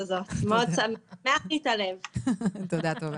תודה, טובה.